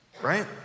right